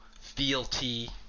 fealty